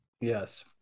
Yes